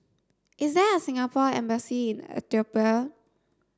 is there a Singapore embassy in Ethiopia